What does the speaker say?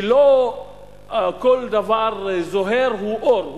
שלא כל דבר זוהר הוא אור,